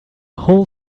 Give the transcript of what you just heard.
whole